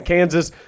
Kansas